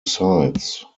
sites